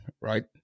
right